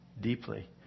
deeply